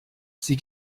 sie